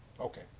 Okay